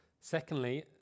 Secondly